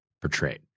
portrayed